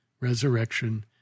Resurrection